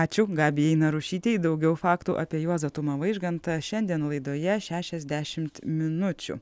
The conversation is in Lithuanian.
ačiū gabijai narušytei daugiau faktų apie juozą tumą vaižgantą šiandien laidoje šešiasdešimt minučių